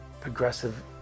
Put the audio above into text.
progressive